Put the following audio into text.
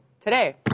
today